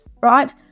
right